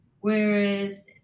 Whereas